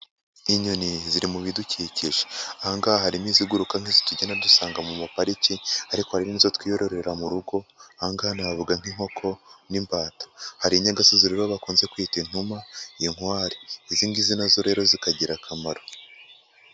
Inyoni ziri mu bidukikije aha ngaha hari iziguruka nk'izo tugenda dusanga mu mapariki, ariko hari n'izo twiyororera mu rugo aha ngaha navuga nk'inkoko n'imbata, hari inyagasozi rero bakunze kwita intumw, inkware izi ngizi nazo rero zikagira akamaro.